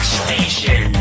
station